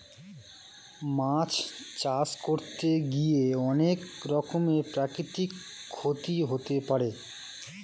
মাছ চাষ করতে গিয়ে অনেক রকমের প্রাকৃতিক ক্ষতি হতে পারে